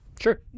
Sure